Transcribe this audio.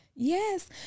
Yes